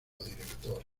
director